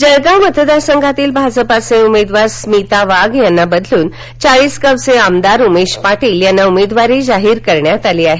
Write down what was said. जळगांव मतदारसंघातील भाजपाचे उमेदवार स्मिता वाघ यांना बदलून चाळीसगांवचे आमदार उमेश पाटील यांना उमेदवारी जाहीर केली आहे